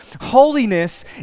Holiness